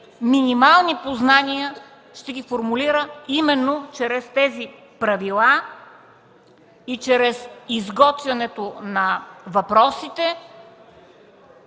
минимални познания ще ги формулира, именно чрез тези правила и чрез изготвянето на въпросите,